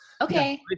Okay